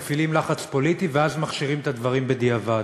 מפעילים לחץ פוליטי ואז מכשירים את הדברים בדיעבד.